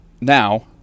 now